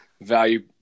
value